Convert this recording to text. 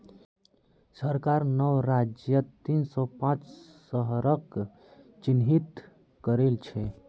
सरकार नौ राज्यत तीन सौ पांच शहरक चिह्नित करिल छे